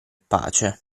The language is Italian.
pace